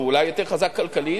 הוא אולי יותר חזק כלכלית,